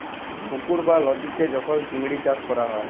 পুকুর বা লদীতে যখল চিংড়ি চাষ ক্যরা হ্যয়